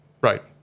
Right